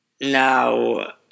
Now